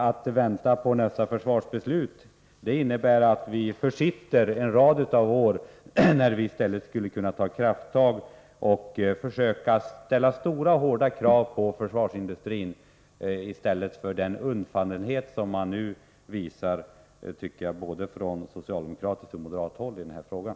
Att vänta på nästa försvarsbeslut innebär att vi i flera år försitter möjligheten att ta krafttag och försöka ställa hårda krav på försvarsindustrin. I stället visar man både från socialdemokratiskt och från moderat håll undfallenhet i frågan.